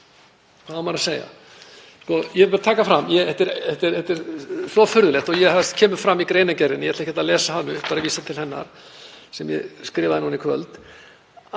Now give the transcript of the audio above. Hvað á maður að segja? Ég vil taka fram — þetta er svo furðulegt, og það kemur fram í greinargerðinni, ég ætla ekki að lesa hana upp, bara vísa til hennar, sem ég skrifaði núna í kvöld